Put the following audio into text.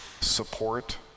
support